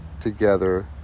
together